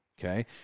Okay